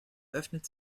öffnet